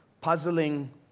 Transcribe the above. puzzling